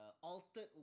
Altered